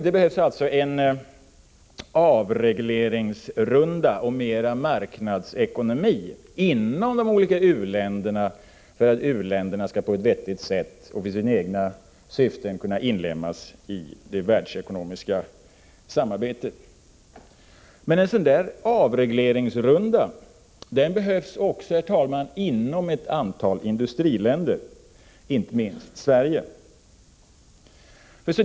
Det behövs alltså en avregleringsrunda och mera av marknadsekonomi inom de olika u-länderna, för att dessa på ett vettigt sätt och för sina egna syften skall kunna inlemmas i det världsekonomiska samarbetet. Men en sådan avregleringsrunda behövs också, herr talman, inom ett antal i-länder, inte minst i Sverige.